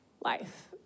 life